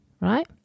right